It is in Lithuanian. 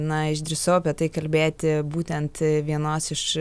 na išdrįsau apie tai kalbėti būtent vienos iš